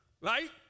right